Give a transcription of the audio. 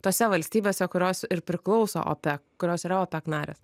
tose valstybėse kurios ir priklauso opec kurios yra opec narės